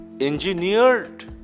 engineered